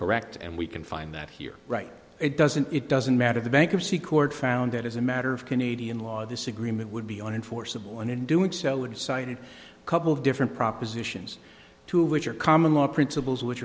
correct and we can find that here right it doesn't it doesn't matter the bankruptcy court found that as a matter of canadian law this agreement would be unenforceable and in doing so it cited a couple of different propositions two of which are common law principles which